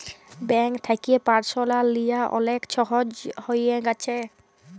bank থ্যাকে personal লিয়া অলেক ছহজ হঁয়ে গ্যাছে